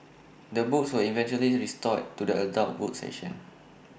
the books were eventually restored to the adult books section